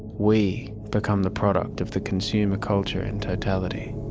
we become the product of the consumer culture in totality.